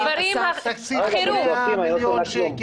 בדיוק.